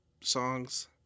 songs